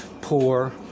poor